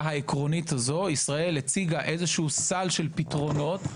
העקרונית הזו ישראל הציגה איזה סל פתרונות.